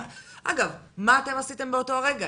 אגב, מה אתם עשיתם באותו הרגע?